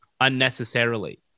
unnecessarily